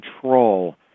control